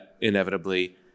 inevitably